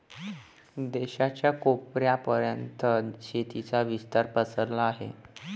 देशाच्या कोपऱ्या पर्यंत शेतीचा विस्तार पसरला आहे